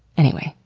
anyway,